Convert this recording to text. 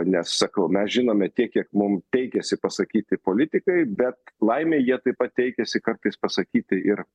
nes sakau mes žinome tiek kiek mum teikėsi pasakyti politikai bet laimei jie taip pat teikiasi kartais pasakyti ir